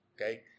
Okay